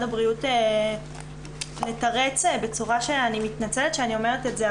הבריאות לתרץ בצורה שאני מתנצלת שאני אומרת את זה,